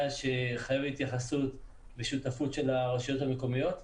שחייבת התייחסות ושותפות של הרשויות המקומיות,